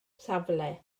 safle